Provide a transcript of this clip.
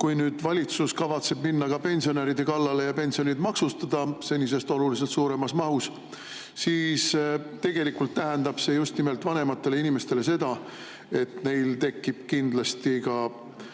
kui valitsus kavatseb minna pensionide kallale ja pensionid senisest oluliselt suuremas mahus maksustada, siis see tähendab just nimelt vanematele inimestele seda, et neil tekib kindlasti